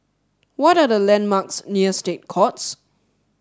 what are the landmarks near State Courts